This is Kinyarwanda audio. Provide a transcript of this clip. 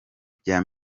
bya